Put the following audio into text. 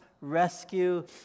rescue